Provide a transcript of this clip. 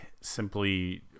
simply